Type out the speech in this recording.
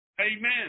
Amen